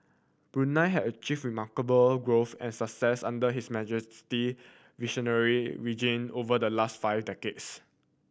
Brunei had achieved remarkable growth and success under His Majesty visionary region over the last five decades